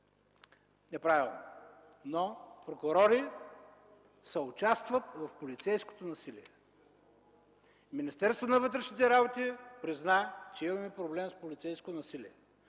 неправилно, но прокурори съучастват в полицейското насилие. Министерството на вътрешните работи призна, че имаме проблем с полицейско насилие.